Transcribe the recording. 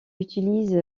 utilise